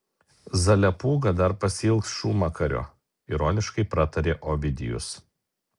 zalepūga dar pasiilgs šūmakario ironiškai pratarė ovidijus